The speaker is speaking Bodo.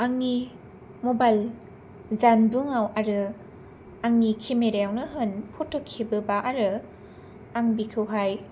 आंनि मबाइल जानबुङाव आरो आंनि केमेरायावनो होन फट' खेबोबा आरो आं बेखौहाय